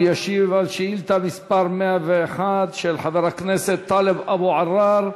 הוא ישיב על שאילתה מס' 101 של חבר הכנסת טלב אבו עראר.